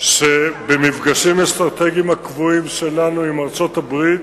שבמפגשים אסטרטגיים קבועים שלנו עם ארצות-הברית,